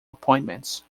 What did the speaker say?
appointments